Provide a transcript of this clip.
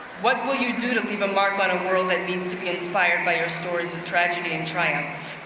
what will you do to leave a mark on a world that needs to be inspired by your stories of tragedy and triumph?